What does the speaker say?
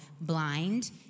blind